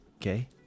Okay